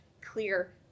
clear